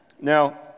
Now